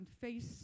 face